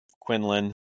Quinlan